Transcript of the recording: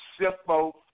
simple